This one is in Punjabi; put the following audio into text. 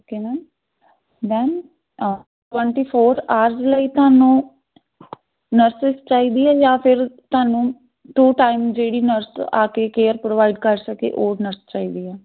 okay ma'am ma'am twenty four hours ਲਈ ਤੁਹਾਨੂੰ ਨਰਸਿਸ ਚਾਹੀਦੀ ਆ ਜਾਂ ਫਿਰ ਤੁਹਾਨੂੰ ਟੂ ਟਾਈਮ ਜਿਹੜੀ ਨਰਸ ਆ ਕੇ ਕੇਅਰ ਪ੍ਰੋਵਾਈਡ ਕਰ ਸਕੇ ਹੋ ਨਰਸ ਚਾਹੀਦੀ ਹੈ